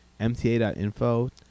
MTA.info